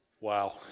Wow